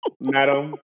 Madam